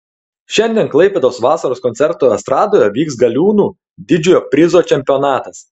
šiandien klaipėdos vasaros koncertų estradoje vyks galiūnų didžiojo prizo čempionatas